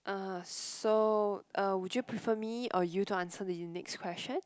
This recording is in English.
uh so uh would you prefer me or you to answer the you next question